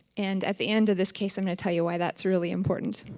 and at the end of this case, i'm going to tell you why that's really important.